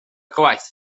gwaith